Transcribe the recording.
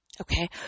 Okay